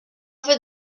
fait